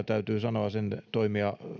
täytyy sanoa että tuntuu hyvältä toimia